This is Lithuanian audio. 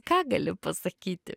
ką galiu pasakyti